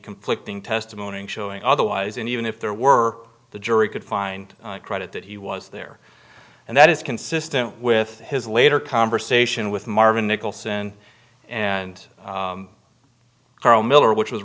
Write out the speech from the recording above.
conflicting testimony showing otherwise and even if there were the jury could find credit that he was there and that is consistent with his later conversation with marvin nicholson and carl miller which was